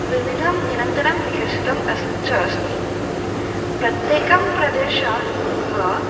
विविधं निरन्तरं विकसितम् अस्च अस्ति प्रत्येकं प्रदेशाः ह